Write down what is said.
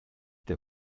der